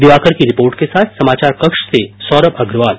दिवाकर की रिपोर्ट के साथ समाचार कक्ष से सौरम अग्रवाल